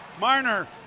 Marner